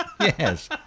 Yes